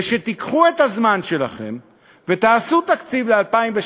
ושתיקחו את כל הזמן שלכם ותעשו תקציב ל-2016,